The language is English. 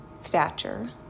stature